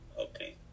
Okay